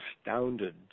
astounded